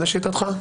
לשיטתך?